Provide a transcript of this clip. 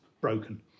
broken